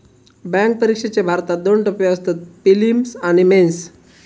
bank परिक्षेचे भारतात दोन टप्पे असतत, पिलिम्स आणि मेंस